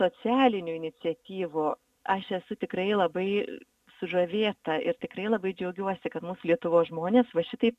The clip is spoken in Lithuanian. socialinių iniciatyvų aš esu tikrai labai sužavėta ir tikrai labai džiaugiuosi kad mūsų lietuvos žmonės va šitaip